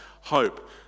hope